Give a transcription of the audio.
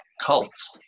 cults